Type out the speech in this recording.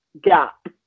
gap